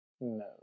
No